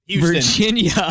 Virginia